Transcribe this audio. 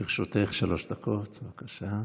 לרשותך שלוש דקות, בבקשה.